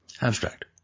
Abstract